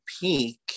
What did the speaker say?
peak